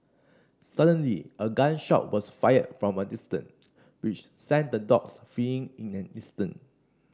suddenly a gun shot was fired from a distance which sent the dogs fleeing in an instant